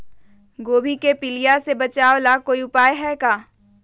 गोभी के पीलिया से बचाव ला कोई उपाय है का?